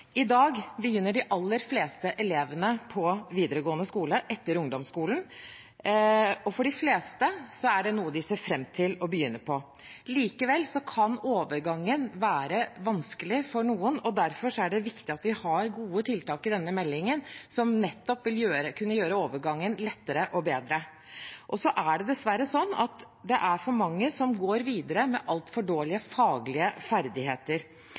I dag begynner de aller fleste elevene på videregående skole etter ungdomsskolen, og for de fleste er det noe de ser fram til å begynne på. Likevel kan overgangen være vanskelig for noen, og derfor er det viktig at vi har gode tiltak i denne meldingen som nettopp vil kunne gjøre overgangen lettere og bedre. Det er dessverre for mange som går videre med altfor dårlige faglige ferdigheter.